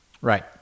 Right